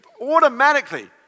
automatically